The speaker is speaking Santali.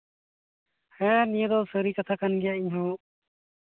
ᱦᱮᱸ ᱱᱤᱭᱟᱹ ᱫᱚ ᱥᱟᱹᱨᱤ ᱠᱟᱛᱷᱟ ᱠᱟᱱ ᱜᱮᱭᱟ ᱤᱧᱦᱚᱸ